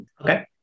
Okay